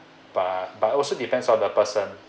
but but also depends on the person